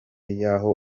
yaho